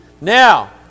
Now